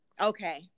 Okay